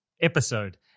episode